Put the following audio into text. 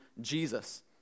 Jesus